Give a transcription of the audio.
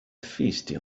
feisty